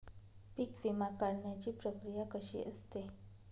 पीक विमा काढण्याची प्रक्रिया कशी असते?